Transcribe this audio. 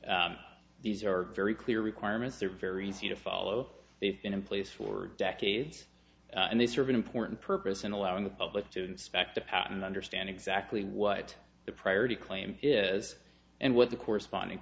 these are very clear requirements they're very easy to follow they've been in place for decades and they serve an important purpose in allowing the public students back to pat and understand exactly what the priority claim is and what the corresponding